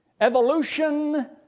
evolution